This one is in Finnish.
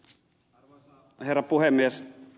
arvoisa herra puhemies